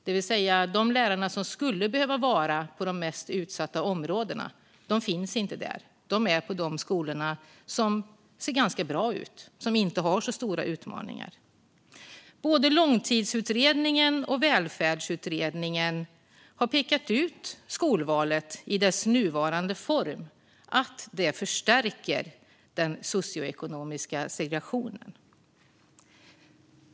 De lärare som skulle behöva finnas i de mest utsatta områdena är alltså inte där, utan de är på de skolor som ser ganska bra ut och som inte har så stora utmaningar. Både Långtidsutredningen och Välfärdsutredningen har pekat ut skolvalet i dess nuvarande form som något som förstärker den socioekonomiska segregationen.